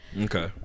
Okay